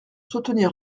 soutenir